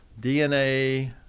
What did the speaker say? DNA